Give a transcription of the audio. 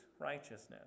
righteousness